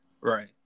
right